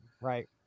right